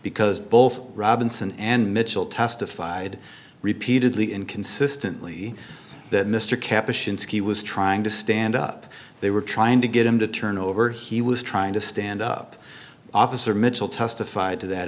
because both robinson and mitchell testified repeatedly and consistently that mr kaplan shinseki was trying to stand up they were trying to get him to turn over he was trying to stand up officer mitchell testified to that